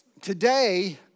today